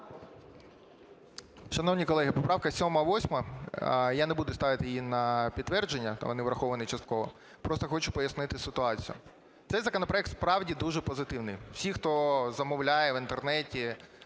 Шановні колеги, поправка 7, 8, я не буду ставити її на підтвердження, там вони враховані частково, просто хочу пояснити ситуацію. Цей законопроект справді дуже позитивний. Всі, хто замовляє в інтернеті